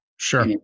Sure